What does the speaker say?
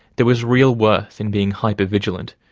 there was real worth in being hyper-vigilant,